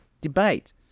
debate